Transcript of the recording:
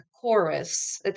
chorus